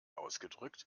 ausgedrückt